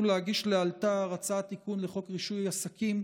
להגיש לאלתר הצעת תיקון לחוק רישוי עסקים,